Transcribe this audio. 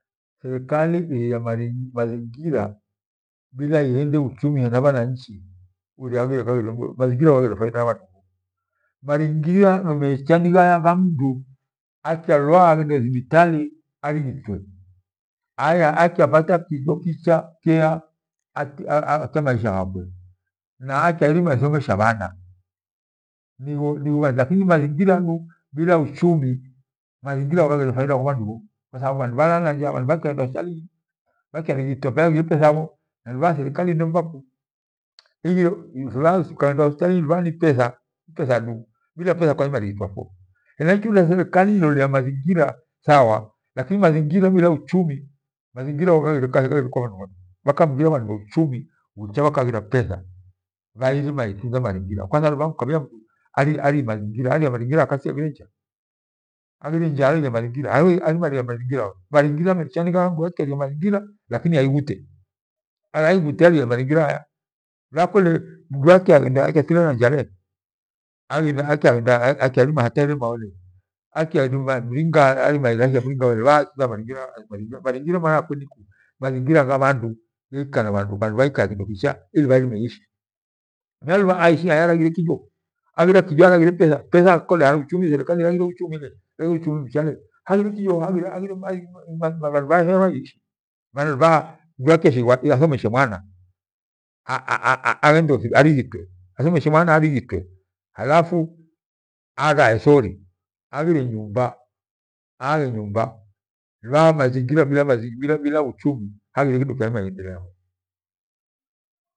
Therekali iya ma- mazingira bila iende Uchumi hena bhananchi mazingira. Mazingira mucha nighanya mchi akupalwaaa aghende thibitali arighitwe aya- akyapata kijo kicha kyeya kya maisha ghakwe na akyairima ithomomosha bhana nigho mazingira lakini maizngira du bila Uchumi maingira ghaghire faida kwa vhandagho kwa sababu mazingira wandu bhaghenda hospitali kuraghire petha kwarima irighitwapfwa. Therekali ilolea mazingira sawa lakini mazingira bila Uchumi mazingira ghaghire kathigho ghamighira Uchumi ghakaghira petha ghairima itunze mazingira. Kwantha kubhaha ukambhia mdu arie- ari mazingira wakati aghire njaa ariwa iria mazingira we mazingira mecha nighaya mdu akyaria mazingira mira mndu aighute. Araighuta aira mazingira aya? Luvaha kole murakyandiha akyatinde na nja lu akya hata irema we ke alyaria mringa akyairima iraghia mringa we le luvaha ntauza mazingira mazingira mana yakwe ni iki. Mazingira gha bhandu bhandu bhaikae kindo kicha ili bhairime iishi. Mira inbhaha aishi kwia araghire kindo bila kijo araghire petha kole therikali iraghire Uchumi lee Uchumi mcha le bhandu bhaherwa iishi. Maana lubhaha mdu akyashighwa athomeshe mwana a- arighire, athomeshe mwana arighite halafu area thiria aghire nyumba, aaghe nyumba lubhaha mazingira bila- bila mazingira bila Uchumi haghire kindo nkyaende uaho.